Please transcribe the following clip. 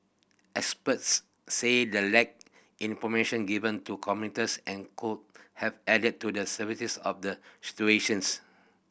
experts said the lack information given to commuters and could have added to the of the situations